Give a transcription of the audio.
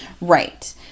Right